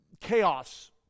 chaos